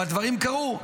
אבל דברים קרו,